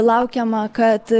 laukiama kad